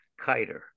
Kiter